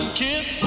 kiss